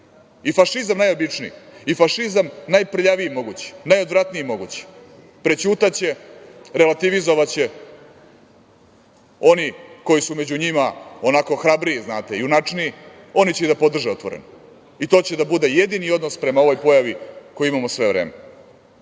i fašizam najobičniji, i fašizam najprljaviji mogući, najodvratniji mogući, prećutaće, relativizovaće oni koji su među njima onako hrabriji, znate, junačniji, oni će i da podrže otvoreno i to će da bude jedini odnos prema ovoj pojavi koju imamo sve vreme. Ako